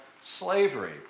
slavery